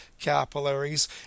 capillaries